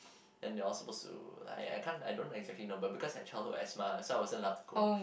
then they're all supposed to I I can't I don't exactly know but because I childhood asthma so I wasn't allowed to go